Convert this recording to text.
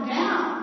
down